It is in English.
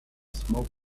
smoky